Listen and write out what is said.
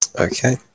Okay